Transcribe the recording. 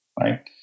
right